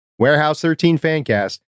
Warehouse13FanCast